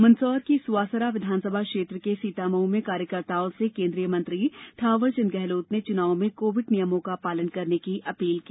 मंदसौर की सुवासरा विधानसभा क्षेत्र के सीतामउ में कार्यकर्ताओं से केन्द्रीय मंत्री थावर चंद गेहलोत ने चुनाव में कोविड नियमों का पालन करने की अपील की